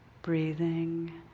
breathing